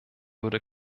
würde